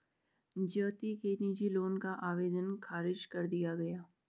ज्योति के निजी लोन का आवेदन ख़ारिज कर दिया गया